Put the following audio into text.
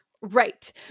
right